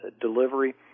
delivery